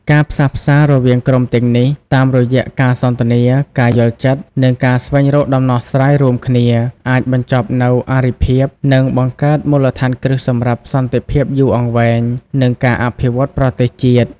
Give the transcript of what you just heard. ការផ្សះផ្សារវាងក្រុមទាំងនេះ តាមរយៈការសន្ទនា ការយល់ចិត្ត និងការស្វែងរកដំណោះស្រាយរួមគ្នា អាចបញ្ចប់នូវអរិភាព និងបង្កើតមូលដ្ឋានគ្រឹះសម្រាប់សន្តិភាពយូរអង្វែង និងការអភិវឌ្ឍន៍ប្រទេសជាតិ។